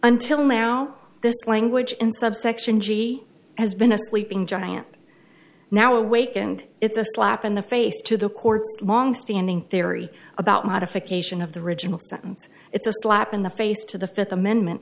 until now this language in subsection g has been a sleeping giant now awakened it's a slap in the face to the court's longstanding theory about modification of the original sentence it's a slap in the face to the fifth amendment